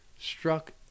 struck